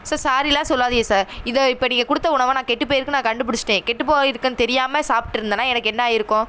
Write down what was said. sir சாரியெலாம் சொல்லாதிங்க sir இதை இப்போ நீங்கள் கொடுத்த உணவை நான் கெட்டுப் போயிருக்குது நான் கண்டு பிடிஷ்சிட்டேன் கெட்டு போய் இருக்குதுன் தெரியாமல் சாப்பிட்ருந்தேனா எனக்கு என்ன ஆகிருக்கும்